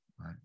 right